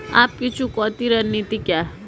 आपकी चुकौती रणनीति क्या है?